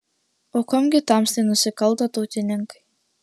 o kuom gi tamstai nusikalto tautininkai